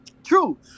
true